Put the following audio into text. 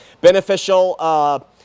Beneficial